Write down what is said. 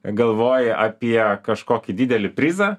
galvoji apie kažkokį didelį prizą